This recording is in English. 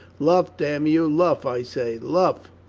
luff, damn you, luff, i say, luff!